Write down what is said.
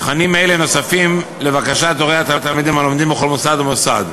תכנים אלה נוספים לבקשת הורי התלמידים הלומדים בכל מוסד ומוסד.